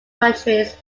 countries